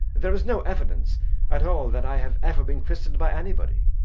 there is no evidence at all that i have ever been christened by anybody.